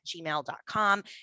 gmail.com